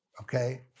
Okay